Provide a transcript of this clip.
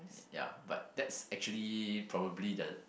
ya but that's actually probably the